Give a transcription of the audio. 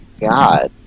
god